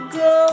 go